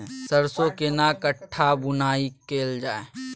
सरसो केना कट्ठा बुआई कैल जाय?